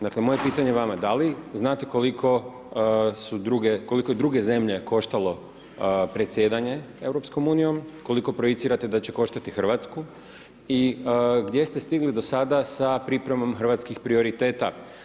Dakle moje pitanje vama da li znate koliko je druge zemlje koštalo predsjedanje EU, koliko projicirate da će koštati Hrvatsku i gdje ste stigli do sada sa pripremom hrvatskih prioriteta?